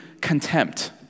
contempt